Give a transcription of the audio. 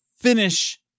finish